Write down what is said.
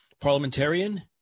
parliamentarian